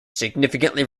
significantly